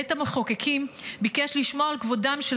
בית המחוקקים ביקש לשמור על כבודם של